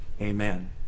amen